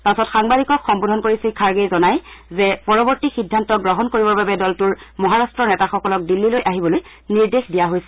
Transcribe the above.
পাছত সাংবাদিকক সম্বোধন কৰি শ্ৰী খৰ্গে জনায় যে পৰৱৰ্তী সিদ্ধান্ত গ্ৰহণ কৰিবৰ বাবে দলটোৰ মহাৰাষ্ট্ৰৰ নেতাসকলক দিল্লীলৈ আহিবলৈ নিৰ্দেশ দিয়া হৈছে